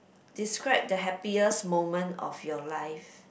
describe the happiest moment of your life